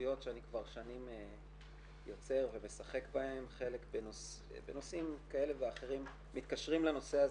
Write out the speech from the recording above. לאוכלוסייה הזאת הרבה מאוד שנים לא מיקדנו בכלל תוכניות לנערות.